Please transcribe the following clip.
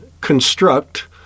construct